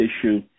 issue